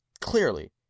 Clearly